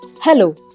Hello